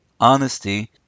honesty